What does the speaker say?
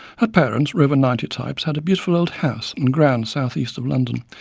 her parents, rover ninety types, had a beautiful old house and grounds south east of london,